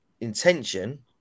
intention